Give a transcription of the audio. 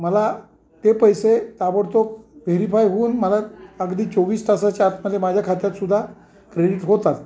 मला ते पैसे ताबडतोब व्हेरीफाय होऊन मला अगदी चोवीस तासाच्या आतमध्ये माझ्या खात्यात सुद्धा क्रेडीट होतात